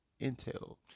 intel